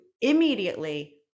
immediately